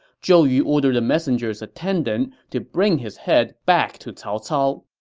zhou yu ordered the messenger's attendant to bring his head back to cao cao.